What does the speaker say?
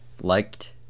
liked